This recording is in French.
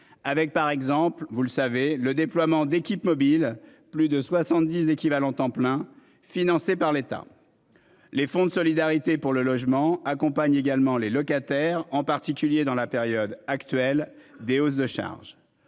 avec par exemple, vous le savez le déploiement d'équipes mobiles. Plus de 70 équivalents temps plein, financés par l'État. Les fonds de solidarité pour le logement accompagne également les locataires en particulier dans la période actuelle des hausses de charges.